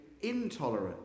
intolerant